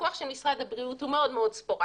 הפיקוח של משרד הבריאות הוא מאוד ספורדי,